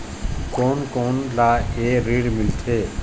कोन कोन ला ये ऋण मिलथे?